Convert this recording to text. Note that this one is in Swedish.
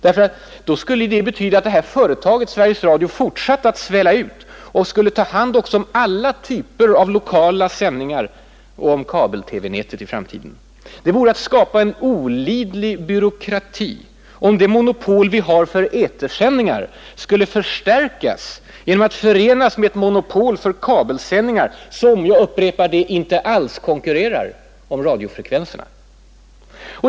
Det skulle betyda att företaget Sveriges Radio fortsatte att svälla ut och ta hand också om alla typer av lokala sändningar och kabel-TV-nätet i framtiden. Det vore att skapa en olidlig byråkrati, om det monopol vi har för etersändningar skulle förstärkas genom att förenas med ett monopol för kabelsändningar, som — jag upprepar det — inte alls konkurrerar om radiofrekvenserna.